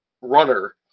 runner